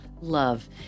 Love